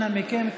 אנא מכם,